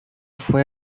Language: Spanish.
fue